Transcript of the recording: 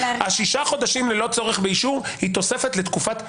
ששת החודשים ללא צורך באישור הם תוספת לתקופת הבסיס.